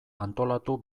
antolatu